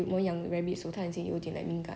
I can't have a dog but then I really want to have a dog